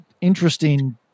interesting